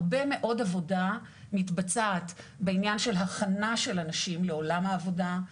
הרבה מאוד עבודה מתבצעת בעניין של הכנה של אנשים לעולם העבודה.